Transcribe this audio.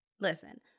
Listen